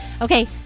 Okay